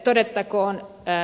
todettakoon ed